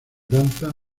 danza